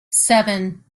seven